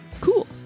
Cool